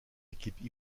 équipes